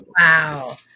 Wow